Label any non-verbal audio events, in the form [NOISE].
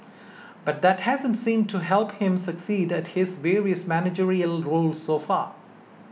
but that hasn't seemed to help him succeed at his various managerial [UNINTELLIGIBLE] roles so far